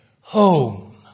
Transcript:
home